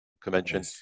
convention